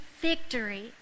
victory